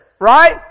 right